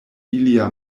ilia